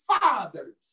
fathers